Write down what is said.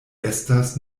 estas